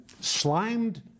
slimed